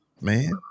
man